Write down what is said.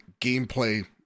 gameplay